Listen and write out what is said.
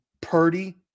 Purdy